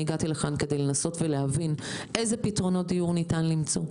אני הגעתי לכאן כדי לנסות ולהבין איזה פתרונות דיור ניתן למצוא.